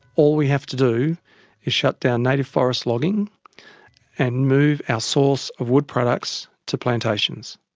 all we have to do is shut down native forest logging and move our source of wood products to plantations.